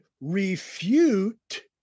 refute